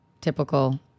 typical